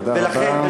תודה רבה.